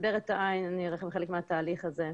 לסבר את העין, אני אראה לכם חלק מהתהליך הזה.